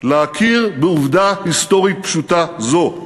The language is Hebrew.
להכיר בעובדה היסטורית פשוטה זו?